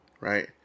Right